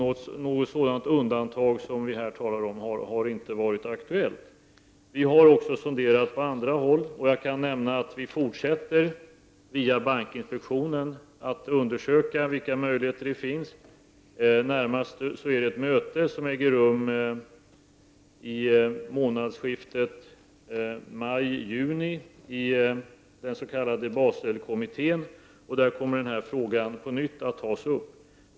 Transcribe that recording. Något sådant undantag som vi här talar om har inte varit aktuellt. Vi har också sonderat på andra håll. Jag kan nämna att vi via bankinspektionen fortsätter att undersöka vilka möjligheter som finns. Närmast äger ett möte rum i månadsskiftet maj-juni i den s.k. Baselkommittén. Där kommer den här frågan på nytt att tas upp.